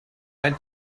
ein